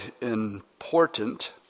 important